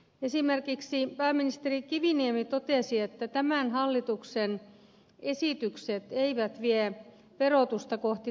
esimerkiksi pääministeri kiviniemi totesi että tämän hallituksen esitykset eivät vie verotusta kohti tasaveroa